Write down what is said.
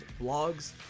blogs